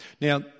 Now